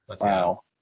Wow